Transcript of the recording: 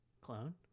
Clone